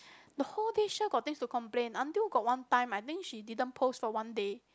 the whole day sure got things to complain until got one time I think she didn't post for one day